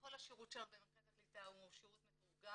כל השירות שלנו במשרד הקליטה הוא שירות מתורגם.